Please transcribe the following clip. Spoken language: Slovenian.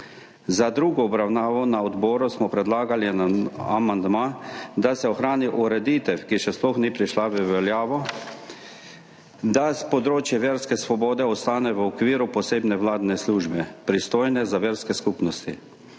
Za drugo obravnavo na odboru smo predlagali amandma, da se ohrani ureditev, ki še sploh ni prišla v veljavo, da področje verske svobode ostane v okviru posebne vladne službe, pristojne za verske skupnosti.